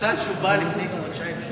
אותה תשובה, לפני כ-90 שנה.